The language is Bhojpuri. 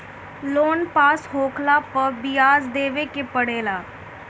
लोन पास होखला पअ बियाज देवे के पड़ेला